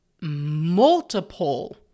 multiple